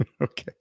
Okay